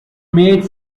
made